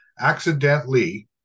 accidentally